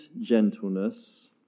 gentleness